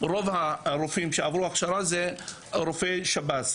רוב הרופאים שעברו הכשרה זה רופאי שב"ס.